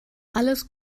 alles